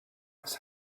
must